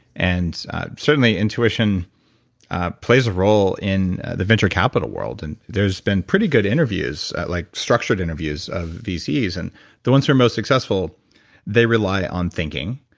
and certainly, intuition plays a role in the venture capital world. and there's been pretty good interviews like structured interviews of vcs. and the ones who are most successful they rely on thinking,